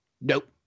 nope